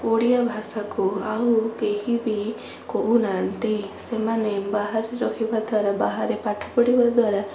ଓଡିଆ ଭାଷାକୁ ଆଉ କେହିବି କହୁନାହାନ୍ତି ସେମାନେ ବାହାରେ ରହିବା ଦ୍ବାରା ବାହାରେ ପାଠ ପଢ଼ିବା ଦ୍ବାରା